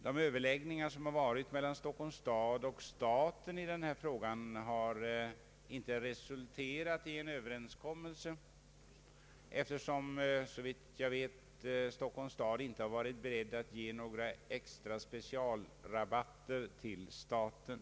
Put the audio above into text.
De överläggningar i denna fråga som har förekommit mellan Stockholms stad och staten har inte resulterat i någon överenskommelse, eftersom såvitt jag vet Stockholms stad inte har varit beredd att ge några specialrabatter till staten.